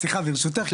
סליחה ברשותך,